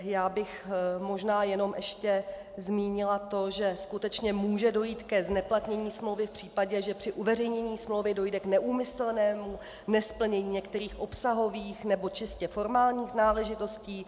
Já bych možná jenom ještě zmínila to, že skutečně může dojít ke zneplatnění smlouvy v případě, že při uveřejnění smlouvy dojde k neúmyslnému nesplnění některých obsahových nebo čistě formálních náležitostí.